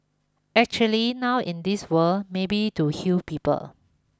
actually now in this world maybe to heal people